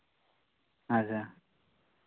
ᱟᱪᱪᱷᱟ